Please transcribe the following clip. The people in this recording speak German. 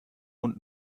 und